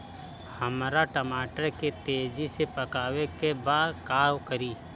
हमरा टमाटर के तेजी से पकावे के बा का करि?